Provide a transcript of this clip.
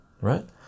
right